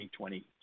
2020